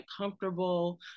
comfortable